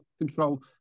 control